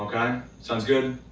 kind of sounds good?